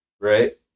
right